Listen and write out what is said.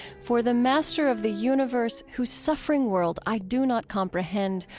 for the master of the universe, whose suffering world i do not comprehend.